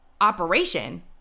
operation